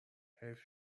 حیف